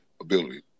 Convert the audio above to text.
ability